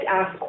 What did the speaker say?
ask